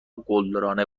قلدرانه